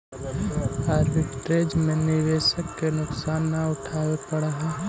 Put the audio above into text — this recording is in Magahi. आर्बिट्रेज में निवेशक के नुकसान न उठावे पड़ऽ है